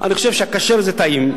אני חושב שכשר זה טעים.